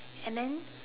and then